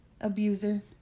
abuser